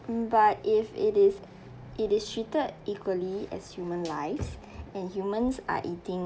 um but if it is it is treated equally as human lives and humans are eating